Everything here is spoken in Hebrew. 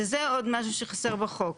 זה עוד משהו שחסר בחוק.